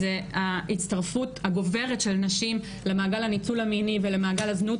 זה ההצטרפות הגוברת של נשים למעגל הניצול המיני ולמעגל הזנות,